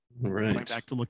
Right